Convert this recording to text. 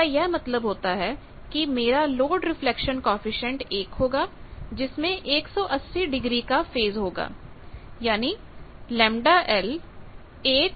इसका यह मतलब होता है कि मेरा लोड रिफ्लेक्शन कॉएफिशिएंट 1 होगा जिसमें 180 डिग्री का फेज होगा ΓL1∠180 °